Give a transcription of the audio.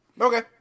Okay